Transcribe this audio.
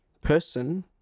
person